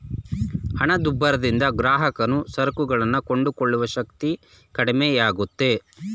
ಹಣದುಬ್ಬರದಿಂದ ಗ್ರಾಹಕನು ಸರಕುಗಳನ್ನು ಕೊಂಡುಕೊಳ್ಳುವ ಶಕ್ತಿ ಕಡಿಮೆಯಾಗುತ್ತೆ